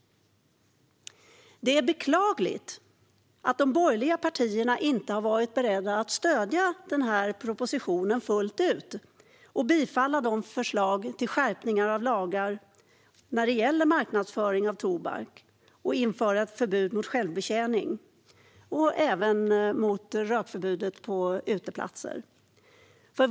Det är beklagligt att de borgerliga partierna inte har varit beredda att stödja propositionen fullt ut och bifalla de förslag till skärpning av lagen när det gäller marknadsföring av tobaksvaror och ett införande av ett förbud mot självbetjäning och rökning på uteplatser.